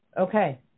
Okay